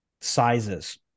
sizes